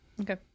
Okay